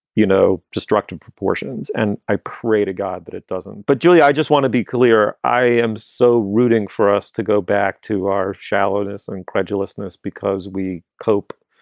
you know, destructive proportions and i pray to god that it doesn't. but, julia, i just want to be clear. i am so rooting for us to go back to our shallowness and incredulousness because we cope,